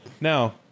Now